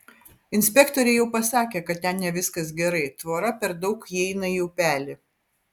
inspektoriai jau pasakė kad ten ne viskas gerai tvora per daug įeina į upelį